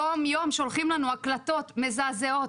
יום-יום שולחים לנו הקלטות מזעזעות,